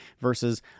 versus